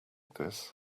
this